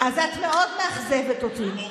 את מאוד מאכזבת אותי,